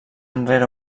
enrere